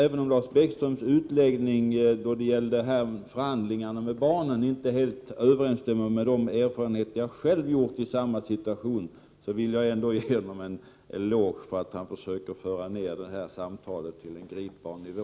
Även om Lars Bäckströms utläggning om förhandlingarna med barnen inte helt överensstämmer med de erfarenheter som jag själv har gjort i samma situation, vill jag ändå ge honom en eloge för att han försöker föra ned samtalet till gripbar nivå.